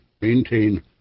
maintain